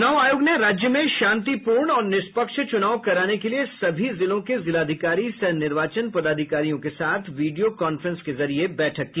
चुनाव आयोग ने राज्य में शांतिपूर्ण और निष्पक्ष चुनाव कराने के लिए सभी जिलों के जिलाधिकारी सह निर्वाचन पदाधिकारियों के साथ वीडियो कांफ्रेंस के जरिये बैठक की